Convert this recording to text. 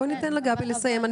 בואי ניתן לגבי לסיים.